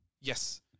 Yes